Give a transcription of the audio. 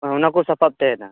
ᱚᱱᱟᱠᱚ ᱥᱟᱯᱟᱵ ᱛᱟᱦᱮᱱᱟ